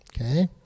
Okay